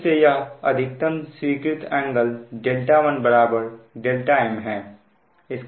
चित्र से यह अधिकतम स्वीकृत एंगल 1 δm है